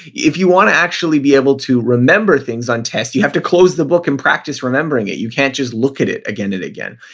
if you want to actually be able to remember things on tests, you have to close the book and practice remembering it. you can't just look at it again and again.